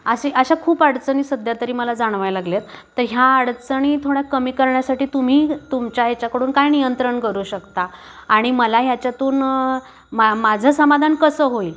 अशी अशा खूप अडचणी सध्या तरी मला जाणवाय लागलेत तर ह्या अडचणी थोड्या कमी करण्यासाठी तुम्ही तुमच्या ह्याच्याकडून काय नियंत्रण करू शकता आणि मला ह्याच्यातून मा माझं समाधान कसं होईल